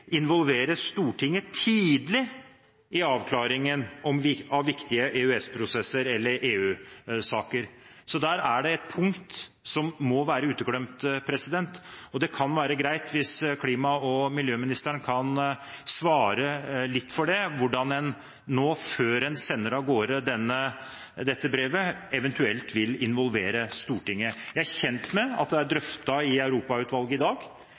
involvere Stortinget tidlig i avklaringen av viktige EØS-prosesser eller EU-saker. Så der er det et punkt som må være uteglemt. Det kan være greit om klima- og miljøvernministeren kan svare litt på hvordan en før en sender avgårde dette brevet, eventuelt vil involvere Stortinget. Jeg er kjent med at det er drøftet i Europautvalget i dag,